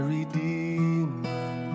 Redeemer